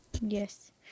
yes